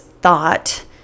thought